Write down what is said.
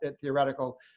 theoretical